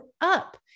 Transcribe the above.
up